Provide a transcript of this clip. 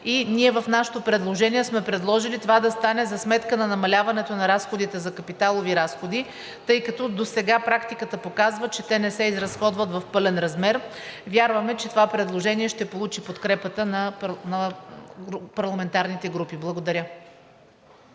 Ние в нашето предложение сме предложили това да стане за сметка на намаляване на капиталовите разходи, тъй като досега практиката показва, че те не се изразходват в пълен размер. Вярваме, че това предложение ще получи подкрепата на парламентарните групи. Благодаря.